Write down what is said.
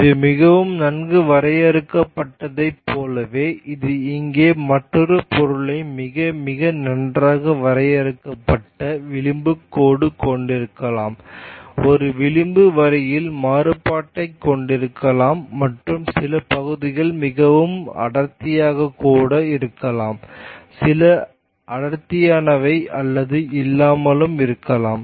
இது மிகவும் நன்கு வரையறுக்கப்பட்டதைப் போலவே இது இங்கே மற்றொரு பொருளை மிக மிக நன்றாகக் வரையறுக்கப்பட்ட விளிம்பு கோடு கொண்டிருக்கலாம் ஒரு விளிம்பு வரியில் மாறுபாட்டைக் கொண்டிருக்கலாம் மற்றும் சில பகுதிகள் மிகவும் அடர்த்தியானவை ஆக இருக்கலாம் சில அடர்த்தியானவை அது இல்லாமலும் இருக்கலாம்